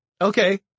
Okay